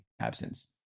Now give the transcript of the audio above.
absence